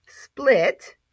split